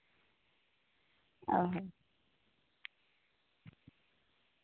ᱚ ᱦᱚᱸ